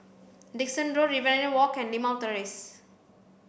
Dickson Road Riverina Walk and Limau Terrace